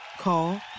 Call